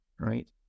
Right